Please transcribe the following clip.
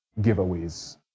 giveaways